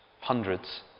hundreds